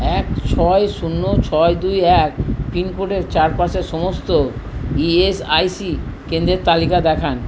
এক ছয় শূন্য ছয় দুই এক পিনকোডের চারপাশে সমস্ত ই এস আই সি কেন্দ্রের তালিকা দেখান